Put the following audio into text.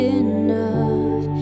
enough